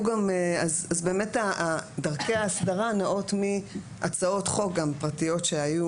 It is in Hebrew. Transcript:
אז באמת דרכי ההסדרה נעות מהצעות חוק גם פרטיות שהיו,